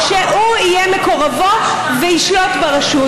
שהוא יהיה מקורבו וישלוט ברשות,